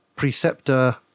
preceptor